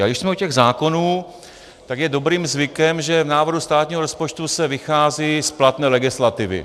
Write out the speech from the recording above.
Ale když jsme u těch zákonů, tak je dobrým zvykem, že v návrhu státního rozpočtu se vychází z platné legislativy.